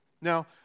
Now